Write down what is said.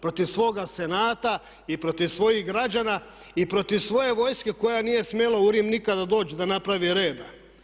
Protiv svoga senata i protiv svojih građana i protiv svoje vojske koja nije smjela u Rim nikada doći da napravi reda.